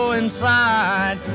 inside